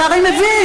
אתה הרי מבין.